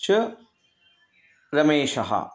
च रमेशः